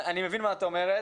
אני מבין מה את אומרת.